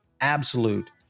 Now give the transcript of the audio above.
absolute